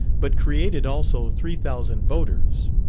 but created also three thousand voters.